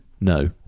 No